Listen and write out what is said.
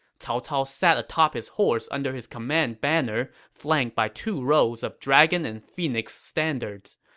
cao cao sat atop his horse under his command banner, flanked by two rows of dragon-and-phoenix standards.